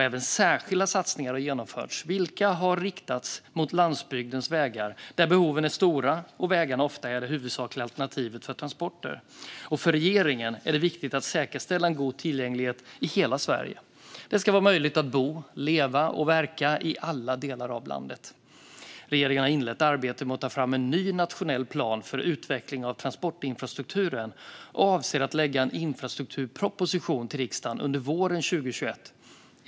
Även särskilda satsningar har genomförts, vilka har riktats mot landsbygdens vägar där behoven är stora och vägarna ofta är det huvudsakliga alternativet för transporter. För regeringen är det viktigt att säkerställa en god tillgänglighet i hela Sverige. Det ska vara möjligt att bo, leva och verka i alla delar av landet. Regeringen har inlett arbetet med att ta fram en ny nationell plan för utveckling av transportinfrastrukturen och avser att lägga fram en infrastrukturproposition till riksdagen under våren 2021.